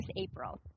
April